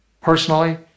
Personally